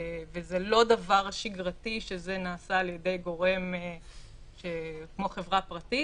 וזה לא דבר שגרתי שזה נעשה על ידי גורם כמו חברה פרטית,